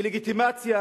דה-לגיטימציה,